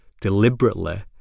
deliberately